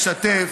לשתף.